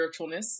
spiritualness